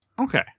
Okay